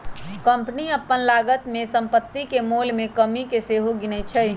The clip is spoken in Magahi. कंपनी अप्पन लागत में सम्पति के मोल में कमि के सेहो गिनै छइ